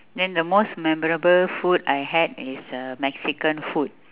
then the most memorable food I had is uh mexican food